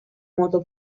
moto